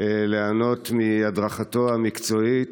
ליהנות מהדרכתו המקצועית,